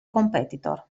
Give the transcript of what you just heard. competitor